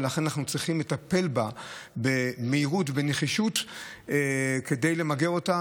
ולכן אנחנו צריכים לטפל בה במהירות ובנחישות כדי למגר אותה,